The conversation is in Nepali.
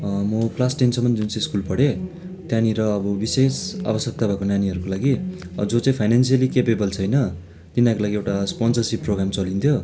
म क्लास टेनसम्म जुन चाहिँ स्कुल पढेँ त्यहाँनिर अब विशेष अवश्यकता भएको नानीहरूको लागि जो चाहिँ फाइनेनसियल्ली क्यापेबल छैन तिनीहरूका लागि एउटा स्पोन्सरसिप प्रोगाम चलिन्थ्यो